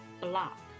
block